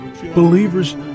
believers